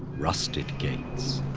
rusted gates,